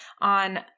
on